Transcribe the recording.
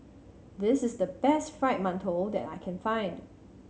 this is the best Fried Mantou that I can find